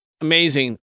Amazing